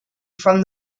from